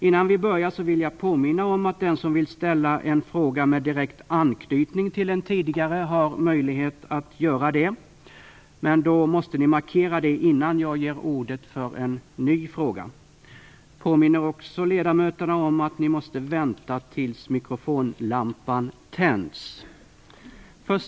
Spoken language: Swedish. Innan vi börjar vill jag påminna om att de som vill ställa en fråga med direkt anknytning till en tidigare fråga har möjlighet att göra det, men då måste de markera det innan jag ger ordet för en ny fråga. Jag påminner ledamöterna också om att ni måste vänta tills mikrofonlampan tänds.